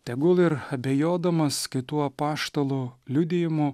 tegul ir abejodamas kitų apaštalų liudijimu